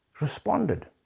responded